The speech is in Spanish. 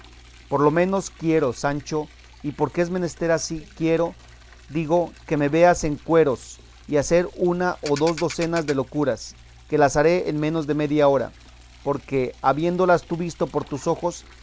por lo menos quiero sancho y porque es menester ansí quiero digo que me veas en cueros y hacer una o dos docenas de locuras que las haré en menos de media hora porque habiéndolas tú visto por tus ojos